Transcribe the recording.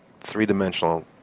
three-dimensional